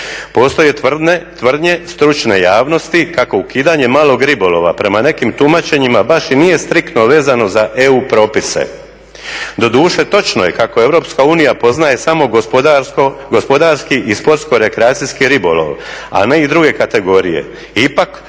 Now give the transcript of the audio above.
Postoje tvrdnje stručne javnosti kako ukidanje malog ribolova prema nekim tumačenjima baš i nije striktno vezano za EU propise. Doduše točno je kako EU poznaje samo gospodarski i sportsko rekreacijski ribolov, a ne i druge kategorije.